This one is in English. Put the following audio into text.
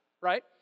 right